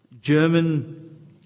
German